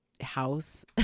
house